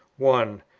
one.